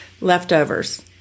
leftovers